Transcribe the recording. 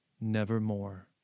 Nevermore